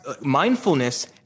mindfulness